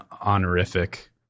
honorific